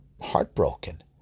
heartbroken